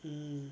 mm